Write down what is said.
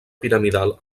piramidal